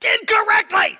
INCORRECTLY